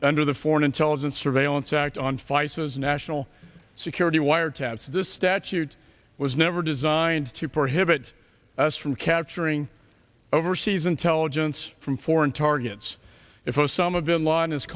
under the foreign intelligence surveillance act on feiss national security wiretaps this statute was never designed to prohibit us from capturing overseas intelligence from foreign targets if osama bin laden is